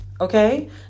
okay